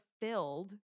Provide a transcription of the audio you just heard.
fulfilled